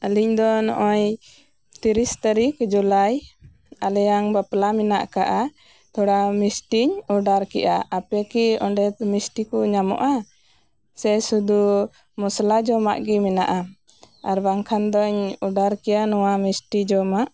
ᱟᱹᱞᱤᱧ ᱫᱚ ᱱᱚᱜᱚᱭ ᱛᱤᱨᱤᱥ ᱛᱟᱹᱨᱤᱠᱷ ᱡᱩᱞᱟᱭ ᱟᱞᱮᱭᱟᱝ ᱵᱟᱯᱞᱟ ᱢᱮᱱᱟᱜ ᱟᱠᱟᱫᱟ ᱛᱷᱚᱲᱟ ᱢᱤᱥᱴᱤᱧ ᱚᱰᱟᱨ ᱠᱮᱭᱟ ᱟᱯᱮᱠᱤ ᱚᱸᱰᱮ ᱢᱤᱥᱴᱤᱠᱩ ᱧᱟᱢᱚᱜᱼᱟ ᱥᱮ ᱥᱩᱫᱩ ᱢᱚᱥᱞᱟ ᱡᱚᱢᱟᱜ ᱜᱤ ᱢᱮᱱᱟᱜᱼᱟ ᱟᱨ ᱵᱟᱝᱠᱷᱟᱱ ᱫᱚᱧ ᱚᱰᱟᱨ ᱠᱮᱭᱟ ᱱᱚᱣᱟ ᱢᱤᱥᱴᱤ ᱡᱚᱢᱟᱜ